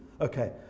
Okay